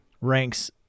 ranks